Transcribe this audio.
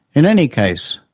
in any case,